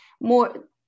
more